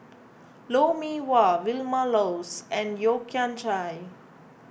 Lou Mee Wah Vilma Laus and Yeo Kian Chai